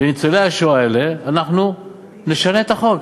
לניצולי השואה האלה אנחנו נשנה את החוק.